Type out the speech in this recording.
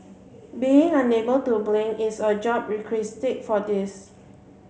being unable to blink is a job requisite for this